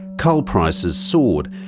coal prices soared,